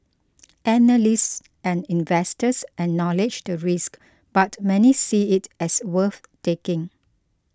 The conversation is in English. analysts and investors acknowledge the risk but many see it as worth taking